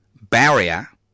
barrier